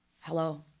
Hello